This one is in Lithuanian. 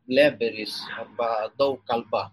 leberis arba daug kalba